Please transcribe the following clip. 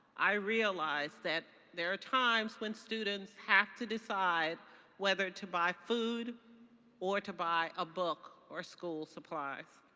i realized that there are times when students have to decide whether to buy food or to buy a book or school supplies.